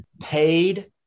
paid